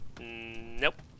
Nope